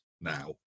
now